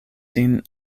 sin